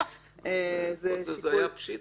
זה היה פשיטא.